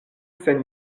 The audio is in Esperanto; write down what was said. sen